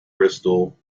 bristol